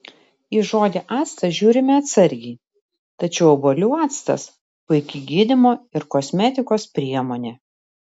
į žodį actas žiūrime atsargiai tačiau obuolių actas puiki gydymo ir kosmetikos priemonė